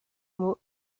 mot